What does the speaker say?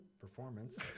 performance